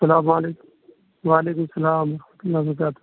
سلام علیکم وعلیکم السلام ورحمتہ اللہ وبرکاتہ